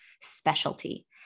specialty